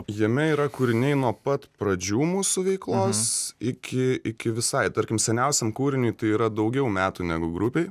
jame yra kūriniai nuo pat pradžių mūsų veiklos iki iki visai tarkim seniausiam kūriniui tai yra daugiau metų negu grupei